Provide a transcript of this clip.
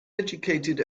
educated